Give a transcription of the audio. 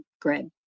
grid